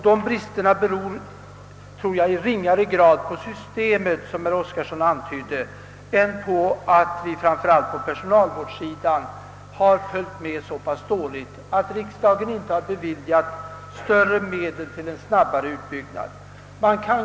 Dessa brister beror, tror jag, i ringare grad på systemet, såsom herr Oskarson antydde att de skulle göra, än på att vi framför allt på personalvårdssidan följt med så pass dåligt, på att riksdagen inte har beviljat större medel till snabb utbyggnad.